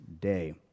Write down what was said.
day